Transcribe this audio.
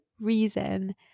reason